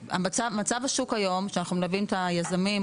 שמצב השוק היום שאנחנו מלווים את היזמים,